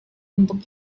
untuk